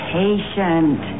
patient